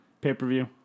pay-per-view